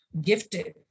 gifted